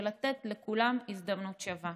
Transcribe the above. ולתת לכולם הזדמנות שווה.